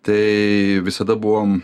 tai visada buvom